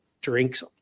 drinks